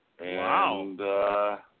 Wow